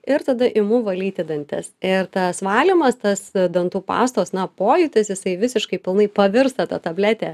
ir tada imu valyti dantis ir tas valymas tas dantų pastos na pojūtis jisai visiškai pilnai pavirsta ta tabletė